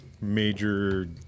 major